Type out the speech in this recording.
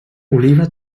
oliva